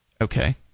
Okay